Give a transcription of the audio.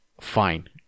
fine